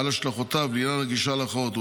על השלכותיו בעניין הגישה לערכאות,